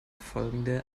folgende